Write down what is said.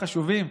חשובים,